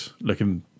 looking